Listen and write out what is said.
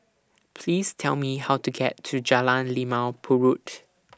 Please Tell Me How to get to Jalan Limau Purut